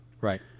Right